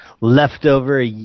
leftover